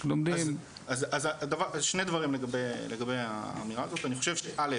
אז שני דברים לגבי האמירה הזאת, אני חושב שא',